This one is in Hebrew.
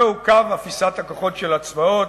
זהו קו אפיסת הכוחות של הצבאות.